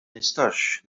nistax